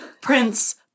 Prince